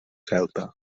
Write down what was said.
celta